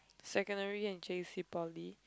secondary and j_c poly